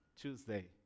Tuesday